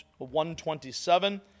127